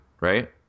right